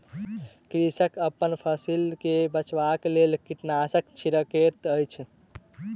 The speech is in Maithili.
कृषक अपन फसिल के बचाबक लेल कीटनाशक छिड़कैत अछि